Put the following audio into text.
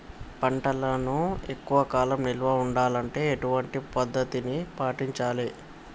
పంటలను ఎక్కువ కాలం నిల్వ ఉండాలంటే ఎటువంటి పద్ధతిని పాటించాలే?